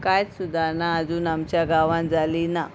कांयच सुदारणां आजून आमच्या गांवांत जाली ना